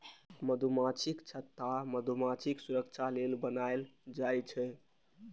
मधुमाछीक छत्ता मधुमाछीक सुरक्षा लेल बनाएल जाइ छै